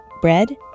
Bread